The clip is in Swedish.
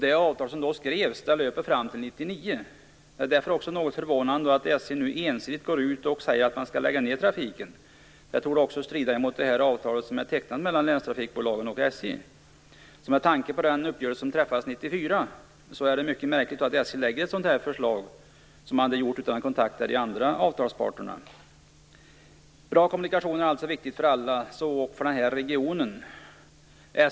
Det avtal som då skrevs löper fram till år 1999. Det är därför något förvånande att SJ nu ensidigt går ut och säger att man skall lägga ned trafiken. Det torde också strida mot avtalet som är tecknat mellan länstrafikbolagen och SJ. Med tanke på den uppgörelse som träffades 1994 är det mycket märkligt att SJ lägger fram ett sådant här förslag utan att kontakta de andra avtalsparterna. Bra kommunikationer är viktigt för alla, så också för denna region.